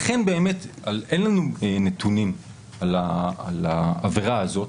אין לנו נתונים על העבירה הזאת.